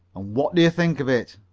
and what do you think of it?